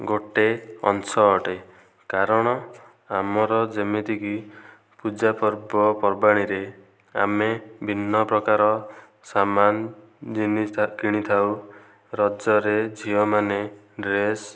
ଗୋଟେ ଅଂଶ ଅଟେ କାରଣ ଆମର ଯେମିତିକି ପୂଜା ପର୍ବପର୍ବାଣୀରେ ଆମେ ଭିନ୍ନ ପ୍ରକାର ସାମାନ ଜିନିଷ କିଣିଥାଉ ରଜରେ ଝିଅମାନେ ଡ୍ରେସ୍